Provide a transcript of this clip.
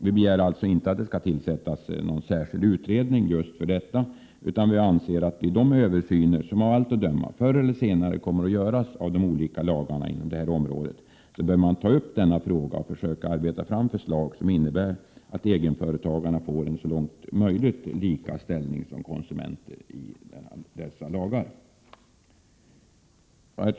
Vi begär alltså inte att det skall tillsättas någon särskild utredning just för detta ändamål, utan vi anser att vid de översyner som av allt att döma kommer att göras förr eller senare av de olika lagarna inom detta område bör man ta upp denna fråga och försöka arbeta fram förslag som innebär att egenföretagarna så långt det är möjligt får samma ställning som konsumenterna i dessa lagar.